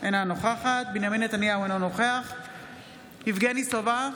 אינה נוכחת בנימין נתניהו, אינו נוכח יבגני סובה,